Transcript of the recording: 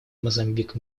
мозамбик